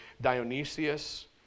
Dionysius